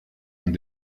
ont